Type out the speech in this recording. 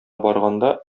барганда